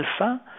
Alpha